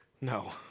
no